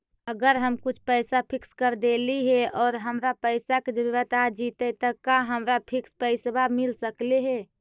अगर हम कुछ पैसा फिक्स कर देली हे और हमरा पैसा के जरुरत आ जितै त का हमरा फिक्स पैसबा मिल सकले हे?